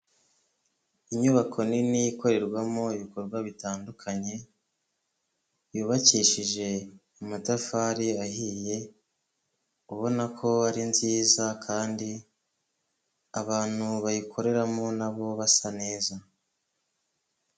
Inyubako nini ikorerwamo ibikorwa bitandukanye, yubakishije amatafari ahiye, ubona ko ari nziza kandi abantu bayikoreramo nabo basa neza.